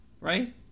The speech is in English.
right